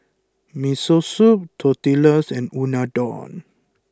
Miso Soup Tortillas and Unadon